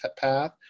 path